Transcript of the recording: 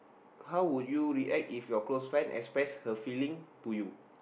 how would you react if your close friend express her feeling to you